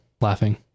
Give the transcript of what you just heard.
laughing